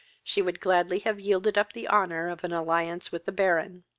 she would gladly have yielded up the honour of an alliance with the baron.